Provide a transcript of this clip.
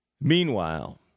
Meanwhile